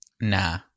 nah